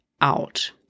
out